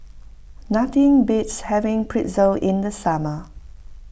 nothing beats having Pretzel in the summer